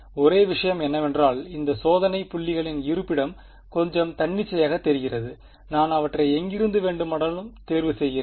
ஒரே விஷயம் என்னவென்றால் இந்த சோதனை புள்ளிகளின் இருப்பிடம் கொஞ்சம் தன்னிச்சையாக தெரிகிறது நான் அவற்றை எங்கிருந்து வேண்டுமானாலும் தேர்வு செய்கிறேன்